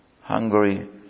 Hungary